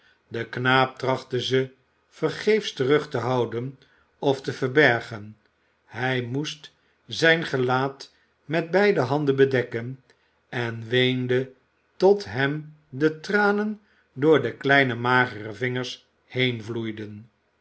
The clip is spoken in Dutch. de knaap trachtte ze vergeefs terug te houden of te verbergen hij moest zijn gelaat met beide handen bedekken en weende tot hem de tranen door de kleine magere vingers